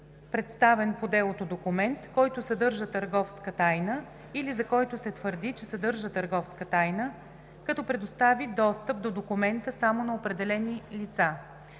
представен по делото документ, който съдържа търговска тайна или за който се твърди, че съдържа търговска тайна, като предостави достъп до документа само на определени лица;